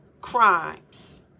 Crimes